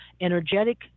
energetic